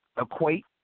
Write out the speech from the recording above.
equate